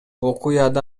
окуяда